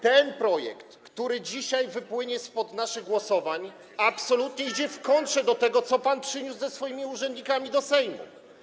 Ta ustawa, która dzisiaj wypłynie spod naszych głosowań, absolutnie jest w kontrze do tego, co pan przyniósł ze swoimi urzędnikami do Sejmu.